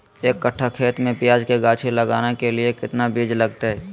एक कट्ठा खेत में प्याज के गाछी लगाना के लिए कितना बिज लगतय?